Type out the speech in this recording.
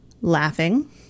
laughing